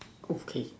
okay